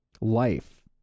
life